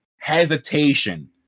hesitation